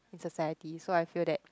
is society so I feel that